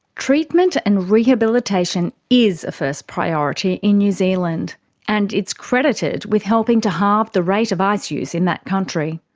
treatment and rehabilitation is a first priority in new zealand and it's credited with helping to halve the rate of ice use in that country.